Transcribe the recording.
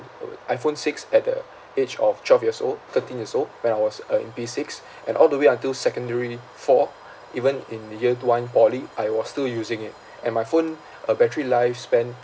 oo iphone six at the age of twelve years old thirteen years old when I was uh in p six and all the way until secondary four even in year one poly I was still using it and my phone uh battery lifespan